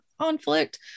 conflict